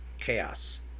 chaos